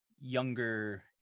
younger